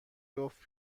جفت